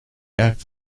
act